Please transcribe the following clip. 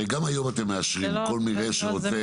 הרי גם היום אתם מאשרים לכל מי שרוצה.